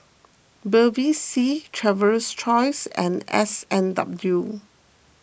Bevy C Traveler's Choice and S and W